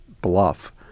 bluff